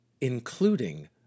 including